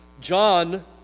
John